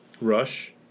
Rush